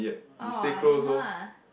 oh I don't know lah